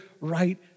right